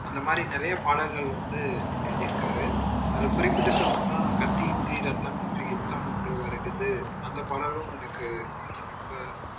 அந்தமாதிரி நிறைய பாடல்கள் வந்து எழுதியிருக்காரு அது குறிப்பிட்டு சொல்லணுன்னா கத்தியின்றி ரத்தமின்றி யுத்தம் ஒன்று வருகுது அந்த பாடலும் எனக்கு ரொம்ப